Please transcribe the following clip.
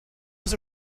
was